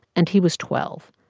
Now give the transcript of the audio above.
and he was twelve,